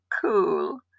cool